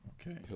Okay